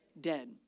Dead